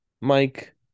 Mike